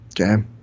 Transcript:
Okay